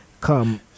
come